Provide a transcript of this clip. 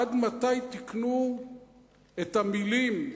עד מתי תקנו את המלים,